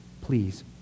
Please